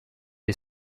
est